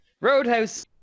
Roadhouse